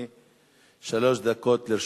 בבקשה, אדוני, שלוש דקות לרשותך.